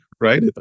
right